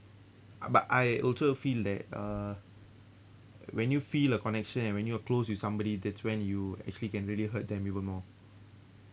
but I also feel that uh when you feel a connection and when you're close with somebody that's when you actually can really hurt them even more